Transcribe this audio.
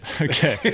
okay